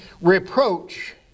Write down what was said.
reproach